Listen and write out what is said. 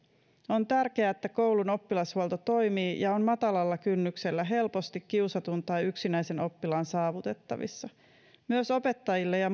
on tärkeää että koulun oppilashuolto toimii ja on matalalla kynnyksellä helposti kiusatun tai yksinäisen oppilaan saavutettavissa myös opettajilla ja